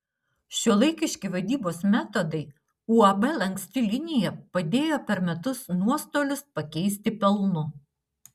šiuolaikiški vadybos metodai uab lanksti linija padėjo per metus nuostolius pakeisti pelnu